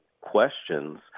questions